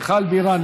מיכל בירן,